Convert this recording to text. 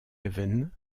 haven